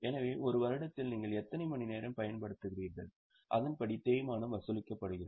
எனவே ஒரு வருடத்தில் நீங்கள் எத்தனை மணிநேரம் பயன்படுத்துகிறீர்கள் அதன்படி தேய்மானம் வசூலிக்கப்படுகிறது